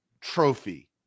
trophy